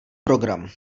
program